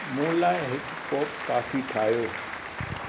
मूं लाइ हिकु कोपु कॉफ़ी ठाहियो